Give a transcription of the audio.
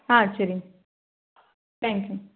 ஆ சேரிங்க தேங்க்யூ